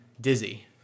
dizzy